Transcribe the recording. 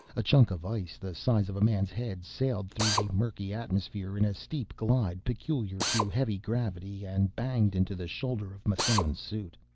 a chunk of ice the size of a man's head sailed through the murky atmosphere in a steep glide peculiar to heavy gravity and banged into the shoulder of massan's suit.